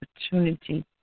opportunity